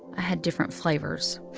i had different flavors.